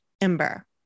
Ember